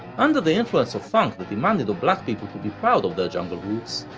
under the influence of funk that demanded of black people to be proud of their jungle roots,